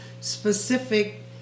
specific